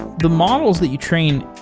the models that you train,